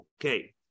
Okay